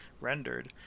rendered